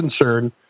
concern